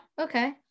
Okay